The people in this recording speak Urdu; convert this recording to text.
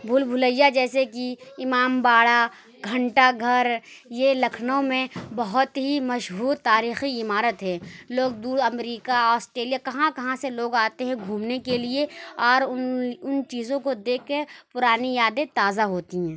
بھول بھلیا جیسے کہ امام باڑہ گھنٹہ گھر یہ لکھنؤ میں بہت ہی مشہور تاریخی عمارت ہے لوگ دور امریکہ آسٹریلیا کہاں کہاں سے لوگ آتے ہیں گھومنے کے لیے اور ان ان چیزوں کو دیکھ کے پرانی یادیں تازہ ہوتی ہیں